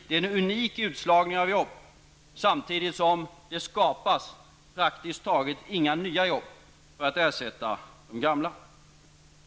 Det sker en unik utslagning av jobb, samtidigt som det skapas praktiskt taget inga nya jobb som kan ersätta de gamla.